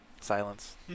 silence